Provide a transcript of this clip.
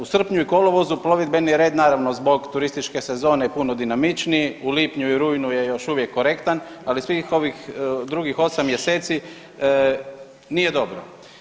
U srpnju i kolovozu plovidbeni red naravno zbog turističke sezone je puno dinamičniji, u lipnju i rujnu je još uvijek korektan, ali svih ovih drugih 8 mjeseci nije dobro.